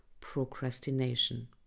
procrastination